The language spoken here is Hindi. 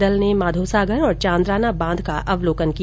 दल ने माघोसागर और चांदराना बांध का अवलोकन किया